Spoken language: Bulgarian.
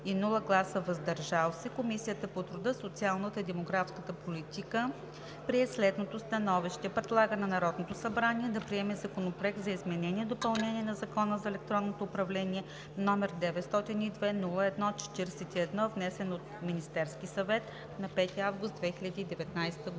и „въздържал се“, Комисията по труда, социалната и демографската политика прие следното СТАНОВИЩЕ: Предлага на Народното събрание да приеме Законопроект за изменение и допълнение на Закона за електронното управление, № 902-01-41, внесен от Министерския съвет на 5 август 2019 г.“